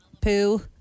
poo